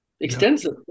extensive